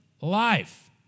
life